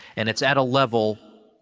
and it's at a level.